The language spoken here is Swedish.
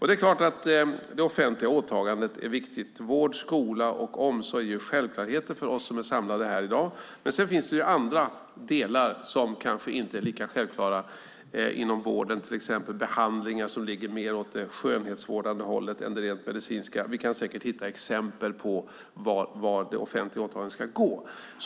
Det är klart att det offentliga åtagandet är viktigt - vård, skola och omsorg är självklarheter för oss som är samlade här i dag. Men det finns andra delar som kanske inte är lika självklara inom vården, till exempel behandlingar som ligger mer åt det skönhetsvårdande hållet än det rent medicinska. Vi kan säkert hitta exempel på vad det offentliga åtagandet ska gå ut på.